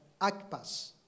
Akpas